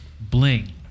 Bling